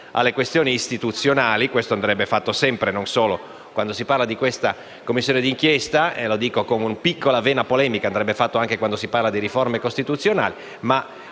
alle questioni istituzionali. Questo andrebbe fatto sempre: non solo quando si parla di questa Commissione d'inchiesta - lo dico con una piccola vena polemica - ma anche quando si tratta di riforme costituzionali.